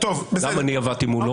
גם אני עבדתי מולו.